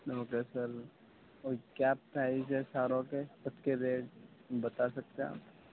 okay sir اور کیا price ہے ساروں کے اس کے ریٹ بتا سکتے ہیں آپ